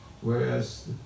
whereas